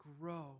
grow